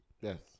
Yes